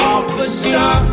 Officer